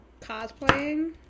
cosplaying